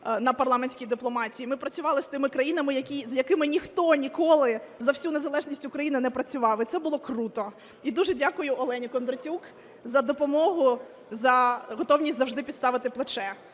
на парламентській дипломатії. Ми працювали з тими країнами, з якими ніхто ніколи за всю незалежність України не працював, і це було круто. І дуже дякую Олені Кондратюк за допомогу, за готовність завжди підставити плече.